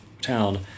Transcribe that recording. town